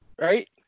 right